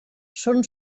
són